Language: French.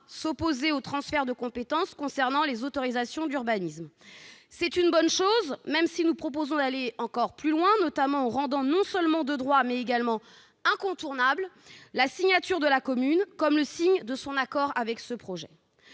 s'opposer au transfert de compétence concernant les autorisations d'urbanisme. C'est une bonne chose, même si nous proposons d'aller encore plus loin, notamment en rendant non seulement de droit mais également incontournable la signature de la commune, en tant que signe de son accord avec ce projet.